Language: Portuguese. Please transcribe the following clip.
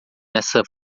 nessa